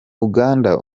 uganda